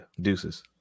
deuces